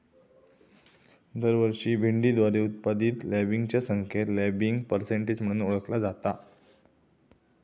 दरवर्षी भेंडीद्वारे उत्पादित लँबिंगच्या संख्येक लँबिंग पर्सेंटेज म्हणून ओळखला जाता